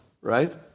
right